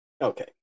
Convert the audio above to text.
okay